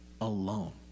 alone